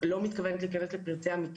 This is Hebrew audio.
צריכה לקום נציבות שתוכל לקבל פניות.